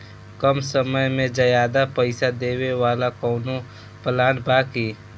कम समय में ज्यादा पइसा देवे वाला कवनो प्लान बा की?